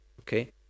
Okay